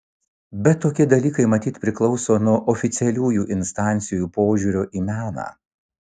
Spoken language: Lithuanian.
bet tokie dalykai matyt priklauso nuo oficialiųjų instancijų požiūrio į meną